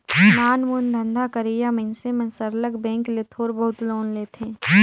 नानमुन धंधा करइया मइनसे मन सरलग बेंक ले थोर बहुत लोन लेथें